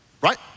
right